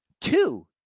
Two